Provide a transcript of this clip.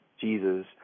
Jesus